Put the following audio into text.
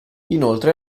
inoltre